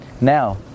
Now